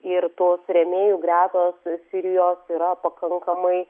ir tos rėmėjų gretos sirijos yra pakankamai